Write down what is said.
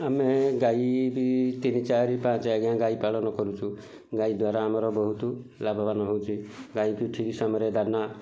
ଆମେ ଗାଈ ବି ତିନି ଚାରି ପାଞ୍ଚେ ଆଜ୍ଞା ଗାଈ ପାଳନ କରୁଛୁ ଗାଈ ଦ୍ଵାରା ଆମର ବହୁତ ଲାଭବାନ ହେଉଛି ଗାଈକୁ ଠିକ୍ ସମୟରେ ଦାନା